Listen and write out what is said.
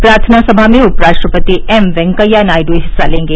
प्रार्थना सभा में उप राष्ट्रपति एम वेंकैया नायडू हिस्सा लेंगे